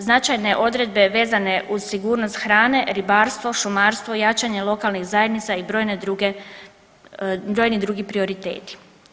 Značajne odredbe vezane uz sigurnost hrane, ribarstvo, šumarstvo, jačanje lokalnih zajednica i brojni drugi prioriteti.